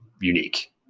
unique